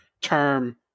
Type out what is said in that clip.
term